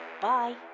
Bye